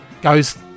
goes